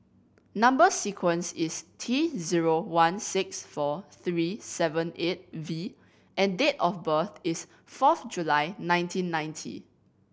number sequence is T zero one six four three seven eight V and date of birth is forth July nineteen ninety